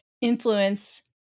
influence